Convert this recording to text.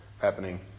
happening